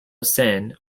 sin